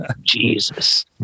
Jesus